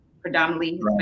predominantly